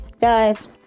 Guys